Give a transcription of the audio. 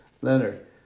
Leonard